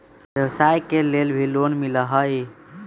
व्यवसाय के लेल भी लोन मिलहई?